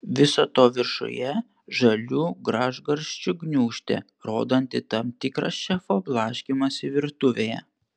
viso to viršuje žalių gražgarsčių gniūžtė rodanti tam tikrą šefo blaškymąsi virtuvėje